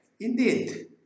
indeed